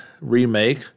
Remake